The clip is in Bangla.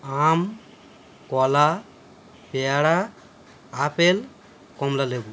আম কলা পেয়ারা আপেল কমলালেবু